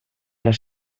les